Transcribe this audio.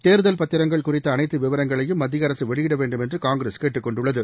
தேர்தல் பத்திரங்கள் குறித்த அனைத்து விவரங்களையும் மத்திய அரசு வெளியிட வேண்டும் என்று காங்கிரஸ் கேட்டுக்கொண்டுள்ளது